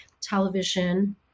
television